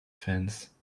fence